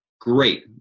great